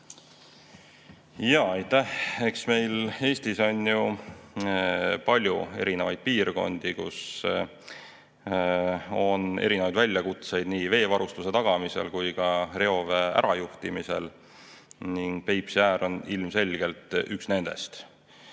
Aitäh! Eks meil Eestis ole ju palju erinevaid piirkondi, kus on erinevaid väljakutseid nii veevarustuse tagamisel kui ka reovee ärajuhtimisel. Peipsiääre on ilmselgelt üks nendest.